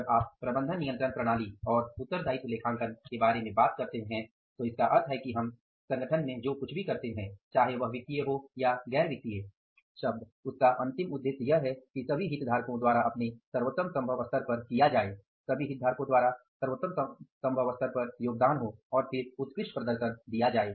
जब आप प्रबंधन नियंत्रण प्रणाली और उत्तरदायित्व लेखांकन के बारे में बात करते हैं तो इसका अर्थ है कि हम संगठन में जो कुछ भी करते हैं चाहे वह वित्तीय हो या गैर वित्तीय शब्द उसका अंतिम उद्देश्य यह है कि सभी हितधारकों द्वारा अपने सर्वोत्तम संभव स्तर पर किया जाए सभी हितधारकों द्वारा सर्वोत्तम संभव स्तर पर योगदान हो और फिर उत्कृष्ट प्रदर्शन दिया जाये